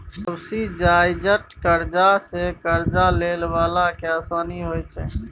subsidised करजा सँ करजा लए बला केँ आसानी होइ छै